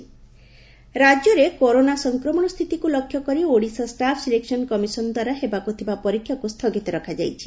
ପରୀକ୍ଷା ସ୍ତଗିତ ରାକ୍ୟରେ କରୋନା ସଂକ୍ରମଣ ସ୍ଥିତିକୁ ଲକ୍ଷ୍ୟ କରି ଓଡ଼ିଶା ଷ୍ଟାଫ୍ ସିଲେକସନ୍ କମିଶନ୍ ଦ୍ୱାରା ହେବାକୁ ଥିବା ପରୀକ୍ଷାକୁ ସ୍ଥଗିତ ରଖାଯାଇଛି